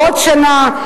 בעוד שנה,